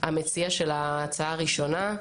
מציע ההצעה הראשונה,